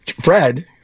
Fred